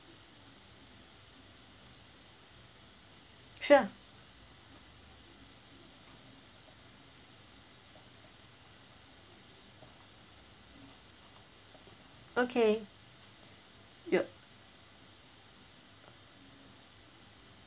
sure okay ya